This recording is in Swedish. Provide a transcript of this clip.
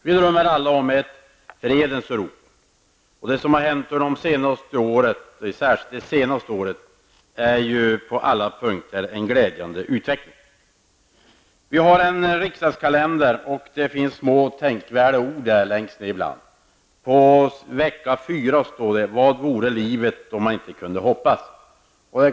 Vi drömmer alla om ett fredens Europa, och det som hänt särskilt det senaste året är på alla punkter en glädjande utveckling. I vår riksdagskalender finns små tänkvärda ord. Vid vecka 4 står det: ''Vad vore livet om man inte kunde hoppas?''